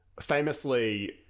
famously